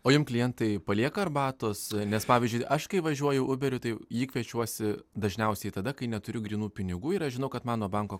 o jum klientai palieka arbatos nes pavyzdžiui aš kai važiuoju uberiu tai jį kviečiuosi dažniausiai tada kai neturiu grynų pinigų ir žinau kad mano banko